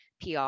PR